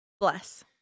bless